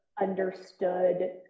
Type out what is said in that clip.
understood